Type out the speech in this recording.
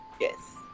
Yes